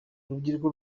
urubyiruko